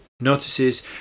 Notices